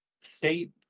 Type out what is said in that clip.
state